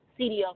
CDL